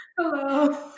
Hello